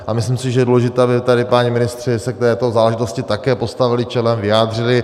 A myslím si, že je důležité, aby tady páni ministři se k této záležitosti také postavili čelem, vyjádřili.